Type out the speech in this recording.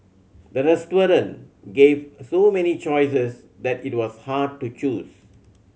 the restaurant gave so many choices that it was hard to choose